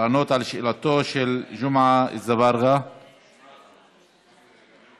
לענות על שאלתו של ג'מעה אזברגה, סליחה,